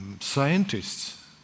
scientists